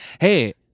Hey